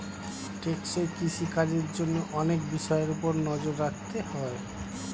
টেকসই কৃষি কাজের জন্য অনেক বিষয়ের উপর নজর রাখতে হয়